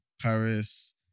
Paris